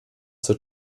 zur